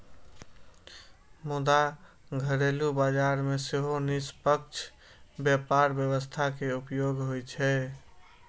मुदा घरेलू बाजार मे सेहो निष्पक्ष व्यापार व्यवस्था के उपयोग होइ छै